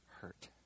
hurt